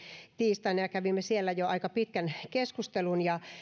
tiistaina ja kävimme silloin jo aika pitkän keskustelun